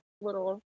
little